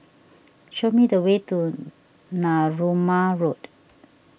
show me the way to Narooma Road